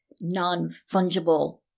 non-fungible